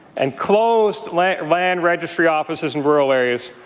and closed land land registry offices in rural areas.